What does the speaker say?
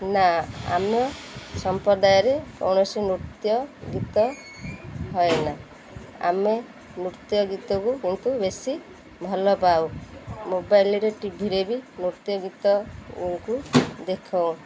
ନା ଆମ ସମ୍ପ୍ରଦାୟରେ କୌଣସି ନୃତ୍ୟ ଗୀତ ହଏନା ଆମେ ନୃତ୍ୟ ଗୀତକୁ କିନ୍ତୁ ବେଶୀ ଭଲ ପାଉ ମୋବାଇଲ୍ରେ ଟିଭିରେ ବି ନୃତ୍ୟ ଗୀତକୁ ଦେଖଉଁ